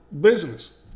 business